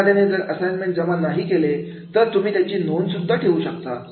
एखाद्याने जर असाइनमेंट जमा नाही केले तर त्याची तुम्ही नोंद घेऊ शकता